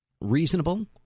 reasonable